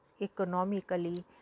economically